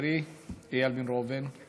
חברי איל בן ראובן,